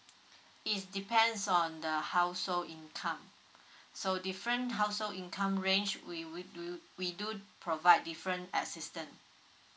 is depends on the household income so different household income range we we do we do provide different assistance